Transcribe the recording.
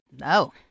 No